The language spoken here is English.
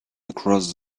across